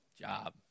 job